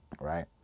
right